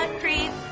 creep